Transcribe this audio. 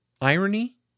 irony